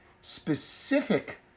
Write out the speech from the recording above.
specific